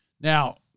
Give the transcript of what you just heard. Now